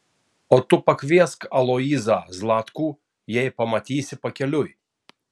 o tu pakviesk aloyzą zlatkų jei pamatysi pakeliui